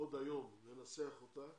עוד היום ננסח אותה